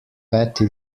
patti